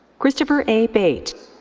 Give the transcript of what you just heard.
christopher a. bate.